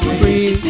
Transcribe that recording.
free